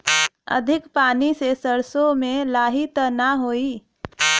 अधिक पानी से सरसो मे लाही त नाही होई?